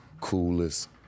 coolest